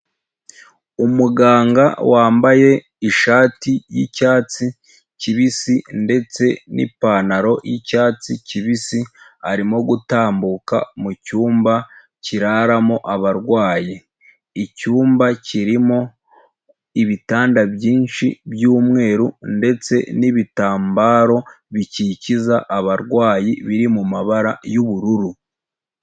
Umuganga wambaye ishati y'icyatsi kibisi ndetse n'ipantaro y'icyatsi kibisi arimo gutambuka mu cyumba cyiraramo abarwayi, icyumba kirimo ibitanda byinshi by'umweru ndetse n'ibitambaro bikikiza abarwayi biri mu mabara y'ubururu.